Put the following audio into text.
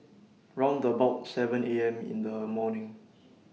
round about seven A M in The morning